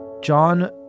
John